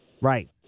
Right